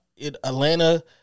Atlanta